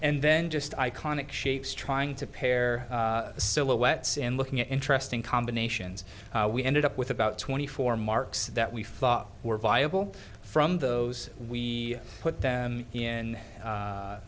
and then just iconic shapes trying to pair silhouettes and looking at interesting combinations we ended up with about twenty four marks that we thought were viable from those we put them in